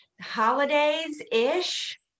holidays-ish